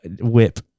whip